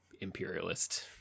imperialist